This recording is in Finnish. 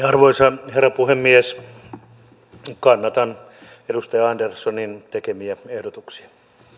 arvoisa herra puhemies kannatan edustaja anderssonin tekemiä ehdotuksia